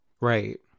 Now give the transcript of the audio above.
Right